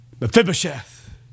Mephibosheth